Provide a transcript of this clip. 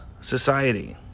society